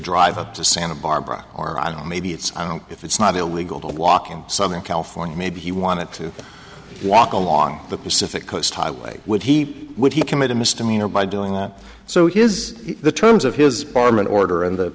drive up to santa barbara are i don't know maybe it's i don't know if it's not illegal to walk in southern california maybe he wanted to walk along the pacific coast highway would he keep would he committed misdemeanor by doing that so his the terms of his barmen order and the